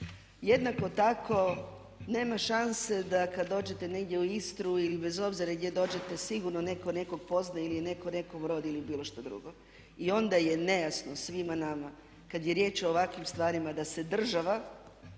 Jednako tako nema šanse da kad dođete negdje u Istru i bez obzira gdje dođete sigurno netko nekog poznaje ili je netko nekom rod ili bilo što drugo. I onda je nejasno svima nama kad je riječ o ovakvim stvarima da se država